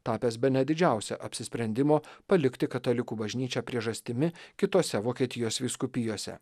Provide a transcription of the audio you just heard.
tapęs bene didžiausia apsisprendimo palikti katalikų bažnyčia priežastimi kitose vokietijos vyskupijose